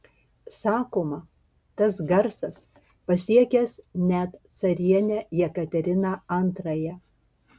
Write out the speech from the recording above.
sakoma tas garsas pasiekęs net carienę jekateriną antrąją